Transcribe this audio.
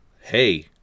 hey